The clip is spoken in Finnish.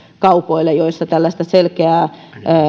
kaupoille joissa tällaista selkeää